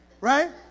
Right